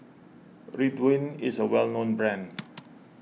Ridwind is a well known brand